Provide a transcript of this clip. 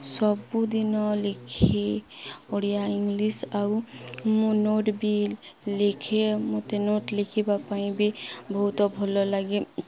ସବୁଦିନ ଲେଖେ ଓଡ଼ିଆ ଇଂଲିଶ ଆଉ ମୁଁ ନୋଟ୍ ବି ଲେଖେ ମୋତେ ନୋଟ୍ ଲେଖିବା ପାଇଁ ବି ବହୁତ ଭଲ ଲାଗେ